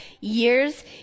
years